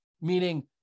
Meaning